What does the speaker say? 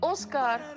Oscar